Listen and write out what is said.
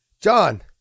John